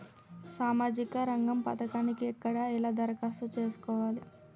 సామాజిక రంగం పథకానికి ఎక్కడ ఎలా దరఖాస్తు చేసుకోవాలి?